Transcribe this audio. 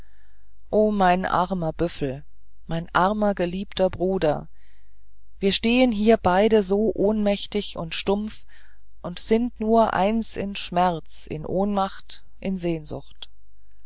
o mein armer büffel mein armer geliebter bruder wir stehen hier beide so ohnmächtig und stumpf und sind nur eins in schmerz in ohnmacht in sehnsucht